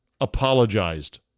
apologized